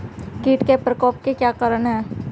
कीट के प्रकोप के क्या कारण हैं?